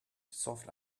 soft